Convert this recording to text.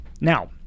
Now